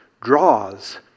draws